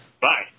Bye